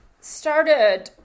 started